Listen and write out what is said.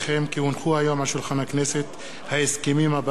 כי הונחו היום על שולחן הכנסת ההסכמים הבאים: